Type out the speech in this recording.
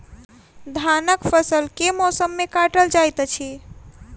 धानक फसल केँ मौसम मे काटल जाइत अछि?